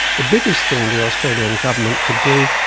the biggest thing the australian government could do,